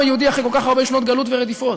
היהודי אחרי כל כך הרבה שנות גלות ורדיפות.